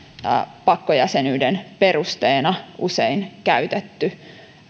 tämä pakkojäsenyyden perusteena usein käytetty